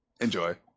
Enjoy